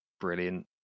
brilliant